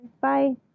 Bye